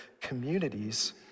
communities